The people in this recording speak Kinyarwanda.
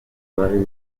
rwari